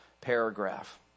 paragraph